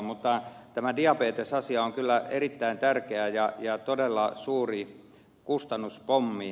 mutta tämä diabetesasia on kyllä erittäin tärkeä ja todella suuri kustannuspommi